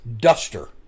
duster